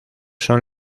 son